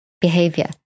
behavior